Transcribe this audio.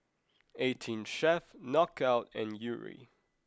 eighteen Chef Knockout and Yuri